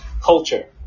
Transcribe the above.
culture